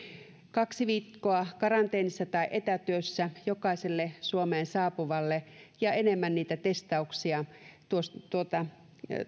kaksi viikkoa karanteenissa tai etätyössä jokaiselle suomeen saapuvalle ja enemmän niitä testauksia